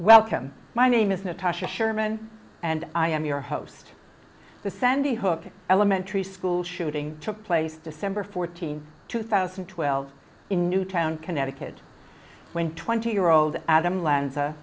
welcome my name is natasha sherman and i am your host the sandy hook elementary school shooting took place december fourteenth two thousand and twelve in newtown connecticut when twenty year old adam lan